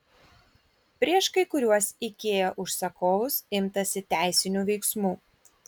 prieš kai kuriuos ikea užsakovus imtasi teisinių veiksmų